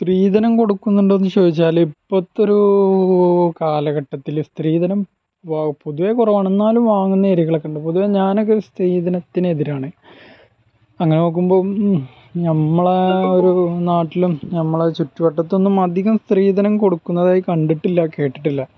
സ്ത്രീധനം കൊടുക്കുന്നുണ്ടോ എന്ന് ചോദിച്ചാൽ ഇപ്പോഴത്തെ ഒരൂ കാലഘട്ടത്തിൽ സ്ത്രീധനം പൊതുവെ കുറവാണ് എന്നാലും വാങ്ങുന്നെരികളൊക്കൊണ്ട് പൊതുവെ ഞാനൊക്കെ ഈ സ്ത്രീധനത്തിന് എതിരാണ് അങ്ങനെ നോക്കുമ്പം നമ്മൾ ആ നാട്ടിലും നമ്മളെ ചുറ്റുവട്ടത്തൊന്നും അധികം സ്ത്രീധനം കൊടുക്കുന്നവരെ കണ്ടിട്ടില്ല കേട്ടിട്ടില്ല